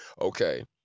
Okay